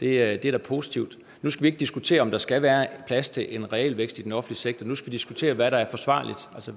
det er da positivt. Nu skal vi ikke diskutere, om der skal være plads til en realvækst i den offentlige sektor; nu skal vi diskutere, hvad der er forsvarligt,